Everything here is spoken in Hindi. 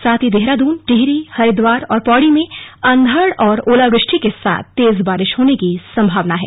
साथ ही देहरादून टिहरी हरिद्वार और पौड़ी में अंधड़ और ओलावृष्टि के साथ तेज बारिश होने की संभावना है